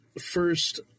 first